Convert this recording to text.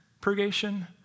purgation